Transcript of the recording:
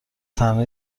تنها